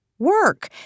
work